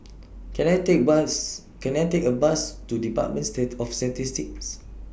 Can I Take Bus Can I Take A Bus to department of Statistics